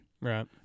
Right